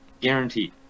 Guaranteed